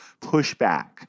pushback